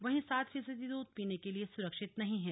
वहीं सात फीसदी दूध पीने के लिए सुरक्षित नहीं है